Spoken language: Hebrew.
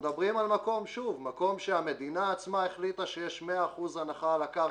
מדברים על מקום שהמדינה עצמה החליטה שיש 100% הנחה על הקרקע.